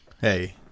hey